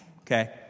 Okay